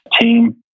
team